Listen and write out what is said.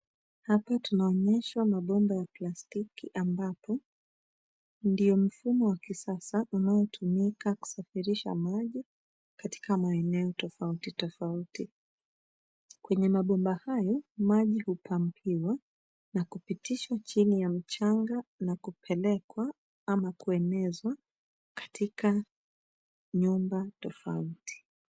Hapa tunaonyeshwa mabomba ya plastiki ambapo ndio mfumo wa kisasa unaotumika kusafirisha maji katika maeneo tofauti tofauti .Kwenye mabomba hayo maji hupambiwa na kupitishwa chini ya mchanga na kupelekwa ama kuenezwa katika nyumba tofauti.